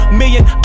million